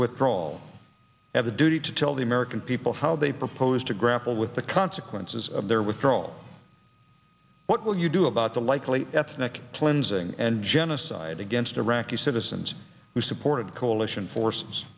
a duty to tell the american people how they propose to grapple with the consequences of their withdrawal what will you do about the likely ethnic cleansing and genocide against iraqi citizens who supported coalition force